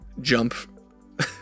jump